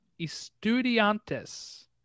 Estudiantes